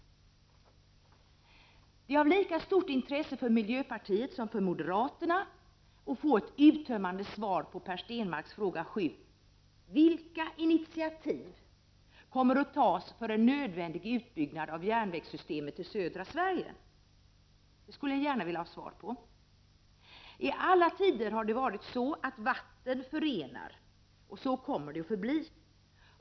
Det är av lika stort intresse för miljöpartiet som för moderaterna att få ett uttömmande svar på Per Stenmarcks fråga 7: ” Vilka initiativ kommer att tas för en nödvändig utbyggnad av järnvägssystemet i södra Sverige?” I alla tider har det varit så att vatten förenar, och så kommer det att förbli.